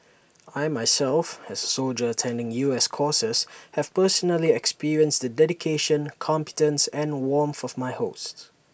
I myself as soldier attending U S courses have personally experienced the dedication competence and warmth of my hosts